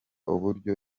uburyo